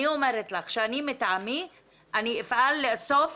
אני אומרת לך שאני מטעמי אפעל לאסוף